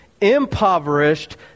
impoverished